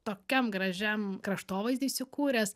tokiam gražiam kraštovaizdy įsikūręs